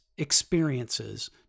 experiences